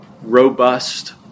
robust